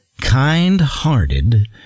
kind-hearted